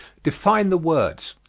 define the words,